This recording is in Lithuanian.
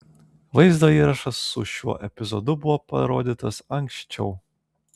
vaizdo įrašas su šiuo epizodu buvo parodytas anksčiau